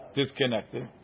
disconnected